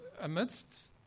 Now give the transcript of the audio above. amidst